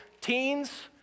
Teens